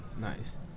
Nice